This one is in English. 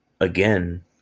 again